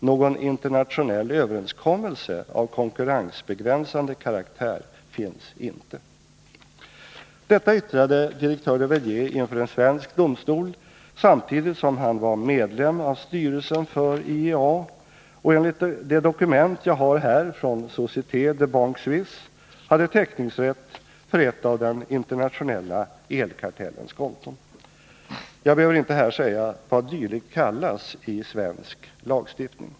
Någon internationell överenskommelse av konkurrensbegränsande karaktär finns inte.” Detta yttrade direktör de Verdier inför en svensk domstol samtidigt som han var medlem av styrelsen för IEA, och enligt det dokument jag har här från Société de Banques Suisses hade teckningsrätt för ett av den internationella elkartellens konton. Jag behöver inte här säga vad dylikt kallas i svensk lagstiftning.